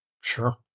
Sure